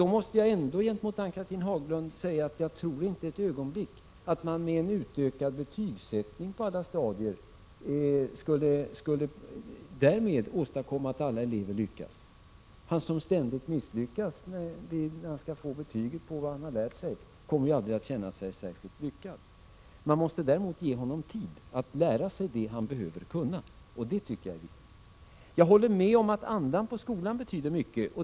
Men mot det Ann-Cathrine Haglund sade måste jag ändå säga att jag inte ett ögonblick tror att man genom att utöka betygssättningen till alla stadier skulle åstadkomma att alla elever lyckas. Han som ständigt misslyckas om man ser till betyget på vad han lärt sig kommer ju aldrig att känna sig särskilt lyckad. Man måste däremot ge honom tid att lära sig det han behöver kunna. Det tycker jag är viktigt. Jag håller med om att andan i skolan betyder mycket.